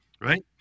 Right